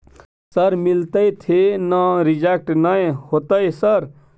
Sir मिलते थे ना रिजेक्ट नय होतय सर?